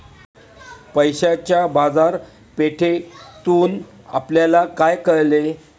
पैशाच्या बाजारपेठेतून आपल्याला काय कळले?